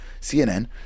CNN